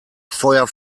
feuer